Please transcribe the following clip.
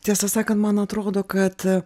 tiesą sakant man atrodo kad